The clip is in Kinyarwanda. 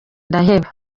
ndaheba